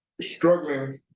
struggling